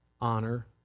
honor